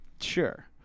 sure